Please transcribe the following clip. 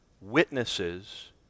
witnesses